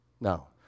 No